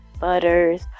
butters